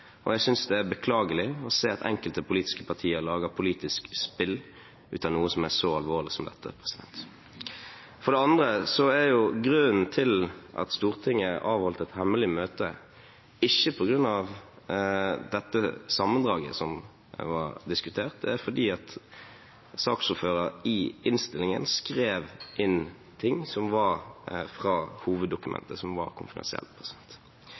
og jeg synes det er beklagelig å se at enkelte politiske partier lager et politisk spill ut av noe som er så alvorlig som dette. Grunnen til at Stortinget avholdt et hemmelig møte, er ikke dette sammendraget, som var diskutert, men at saksordføreren i innstillingen skrev inn ting fra hoveddokumentet, som var